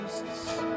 Jesus